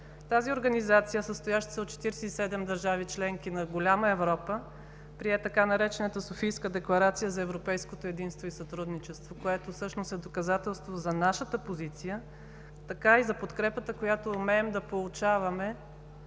тази организация, състояща се от 47 държави – членки на голяма Европа, прие така наречената „Софийска декларация за европейското единство и сътрудничество“, което всъщност е доказателство за нашата позиция, така и за подкрепата, която умеем да получаваме,